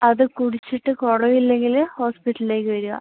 അത് കുടിച്ചിട്ട് കുറവില്ലെങ്കില് ഹോസ്പിറ്റലിലേക്ക് വരിക